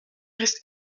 risque